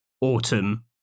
autumn